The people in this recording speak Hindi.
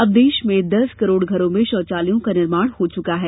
अब देश में दस करोड़ घरों में शौचालयों का निर्माण हो चुका है